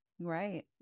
Right